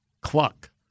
cluck